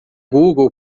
google